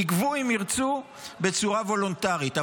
יגבו אם ירצו בצורה וולונטרית.